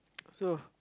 so